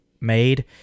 made